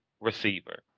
receiver